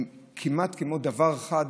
הם כמעט כמו דבר חד,